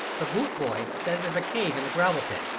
the boot-boy says there's a cave in the gravel pit.